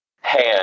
hand